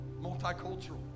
multicultural